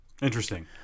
Interesting